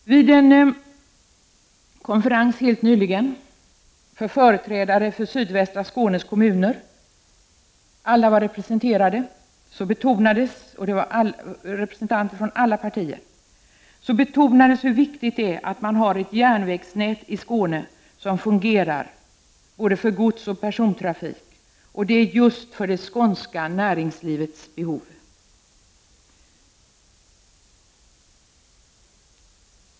Vid en konferens helt nyligen för företrädare för sydvästra Skånes kommuner, som alla var representerade, och där alla partier var representerade, betonades hur viktigt det är att man har ett järnvägsnät i Skåne som fungerar, både för godsoch för persontrafik, och detta just för det skånska näringslivets behov.